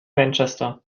manchester